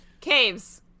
Caves